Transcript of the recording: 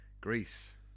Greece